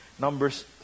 Numbers